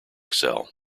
cell